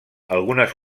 algunes